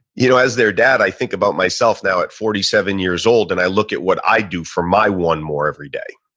you know as their dad, i think about myself now at forty seven years old and i look at what i do for my one more every day.